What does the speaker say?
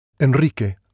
Enrique